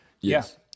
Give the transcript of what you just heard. Yes